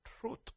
truth